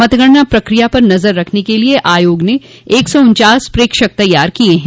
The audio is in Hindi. मतगणना प्रक्रिया पर नजर रखने के लिये आयोग ने एक सौ उन्वास प्रेक्षक तैनात किये हैं